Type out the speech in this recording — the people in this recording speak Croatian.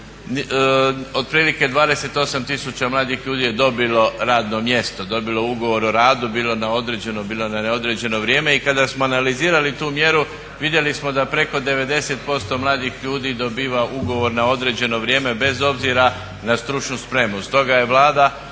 otprilike 28 000 mladih ljudi je dobilo radno mjesto, dobilo ugovor o radu bilo na određeno, bilo na neodređeno vrijeme. I kada smo analizirali tu mjeru vidjeli smo da preko 90% mladih ljudi dobiva ugovor na određeno vrijeme bez obzira na stručnu spremu.